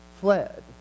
fled